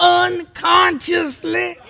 unconsciously